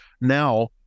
now